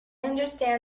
understand